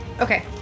Okay